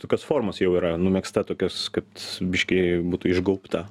tokios formos jau yra numegzta tokios kad biškį būtų išgaubta